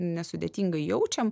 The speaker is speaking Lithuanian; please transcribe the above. nesudėtingai jaučiam